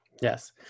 yes